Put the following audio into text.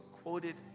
quoted